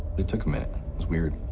it took a minute, it was weird,